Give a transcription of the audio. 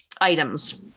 items